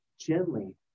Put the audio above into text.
gently